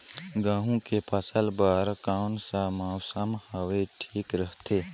गहूं के फसल बर कौन सा मौसम हवे ठीक रथे?